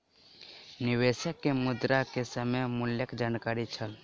निवेशक के मुद्रा के समय मूल्यक जानकारी छल